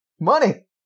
Money